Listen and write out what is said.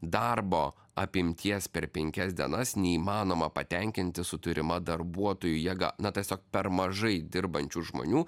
darbo apimties per penkias dienas neįmanoma patenkinti su turima darbuotojų jėga na tiesiog per mažai dirbančių žmonių